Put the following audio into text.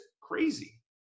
crazy